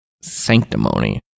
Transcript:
sanctimony